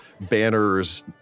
banners